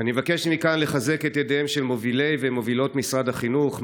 אני מבקש מכאן לחזק את ידיהם של מובילי ומובילות משרד החינוך,